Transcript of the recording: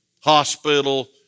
hospital